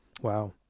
Wow